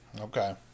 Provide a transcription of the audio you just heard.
Okay